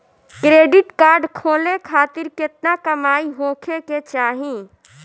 Credit card खोले खातिर केतना कमाई होखे के चाही?